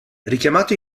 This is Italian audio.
richiamato